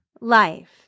life